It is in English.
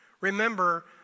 Remember